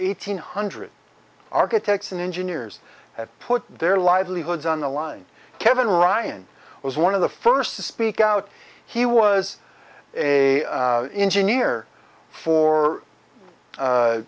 eighteen hundred architects and engineers have put their livelihoods on the line kevin ryan was one of the first to speak out he was a engineer for